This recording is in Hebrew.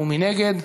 מי נגד?